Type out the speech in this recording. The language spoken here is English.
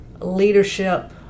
leadership